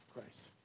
Christ